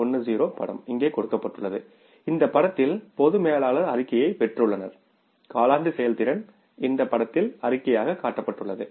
10 படம் இங்கே கொடுக்கப்பட்டுள்ளது இந்த படத்தில் பொது மேலாளர் அறிக்கையைப் பெற்றுள்ளனர் காலாண்டு செயல்திறன் இந்த படத்தில் அறிக்கையாக காட்டப்பட்டுள்ளது